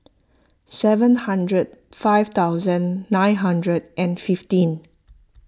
seven hundred five thousand nine hundred and fifteen